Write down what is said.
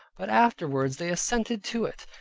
but afterwards they assented to it,